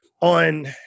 on